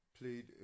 played